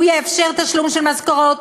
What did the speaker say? הוא יאפשר תשלום של משכורות,